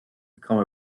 become